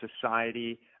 society